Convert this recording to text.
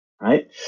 Right